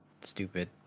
stupid